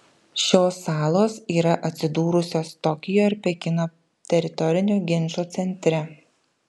šios salos yra atsidūrusios tokijo ir pekino teritorinio ginčo centre